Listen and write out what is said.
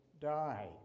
die